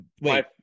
wait